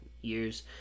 years